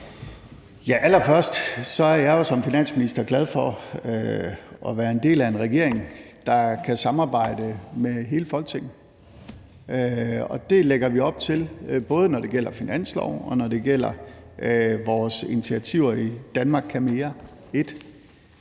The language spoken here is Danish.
Wammen): Først er jeg jo som finansminister glad for at være en del af en regering, der kan samarbejde med hele Folketinget. Det lægger vi op til, både når det gælder finansloven, og når det gælder vores initiativer i »Danmark kan mere I«.